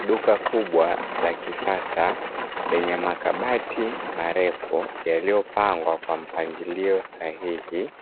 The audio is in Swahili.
Duka kubwa la kisasa lenye makabati marefu yaliyopangwa kwa mpangilio sahihi,